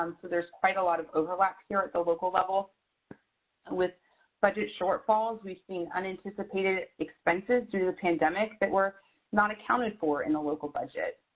um so there's quite a lot of overlap here at the so local level with budget shortfalls. we've seen unanticipated expenses through the pandemic that were not accounted for in the local budget.